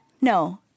No